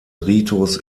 ritus